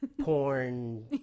porn